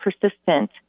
persistent